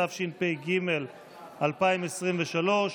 התשפ"ג 2023,